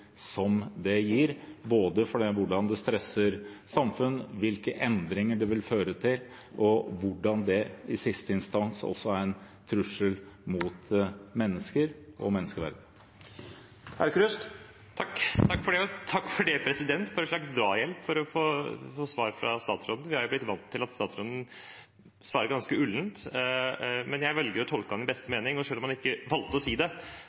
som det gir – både hvordan det stresser samfunn, hvilke endringer det vil føre til, og hvordan det i siste instans også er en trussel mot mennesker og menneskeverdet. Takk for en slags drahjelp, president, for å få svar fra statsråden. Vi har jo blitt vant til at statsråden svarer ganske ullent, men jeg velger å tolke ham i beste mening, og selv om han ikke valgte å si det,